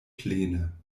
plene